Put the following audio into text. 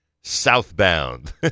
southbound